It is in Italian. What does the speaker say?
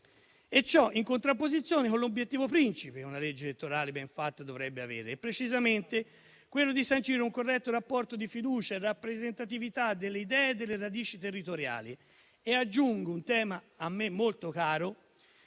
e ciò in contrapposizione con l'obiettivo principe che una legge elettorale ben fatta dovrebbe avere, e precisamente quello di sancire un corretto rapporto di fiducia e rappresentatività delle idee, delle radici territoriali e - aggiungo un tema a me molto caro